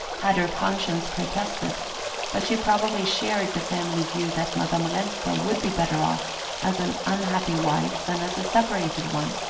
had her conscience protested but she probably shared the family view that madame olenska would be better off as an unhappy wife than as a separated one,